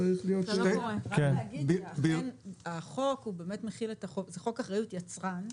רק להגיד שהחוק הוא חוק אחריות יצרן,